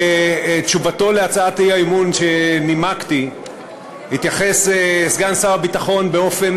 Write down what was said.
בתשובתו על הצעת האי-אמון שנימקתי התייחס סגן שר הביטחון באופן